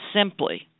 Simply